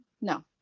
No